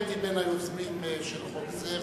הייתי בין היוזמים של חוק זה,